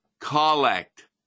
collect